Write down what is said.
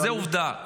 זו עובדה.